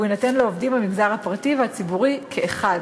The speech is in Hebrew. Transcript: והוא יינתן לעובדים במגזר הפרטי והציבורי כאחד.